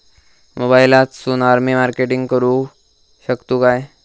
मोबाईलातसून आमी मार्केटिंग करूक शकतू काय?